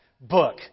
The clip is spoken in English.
book